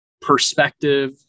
perspective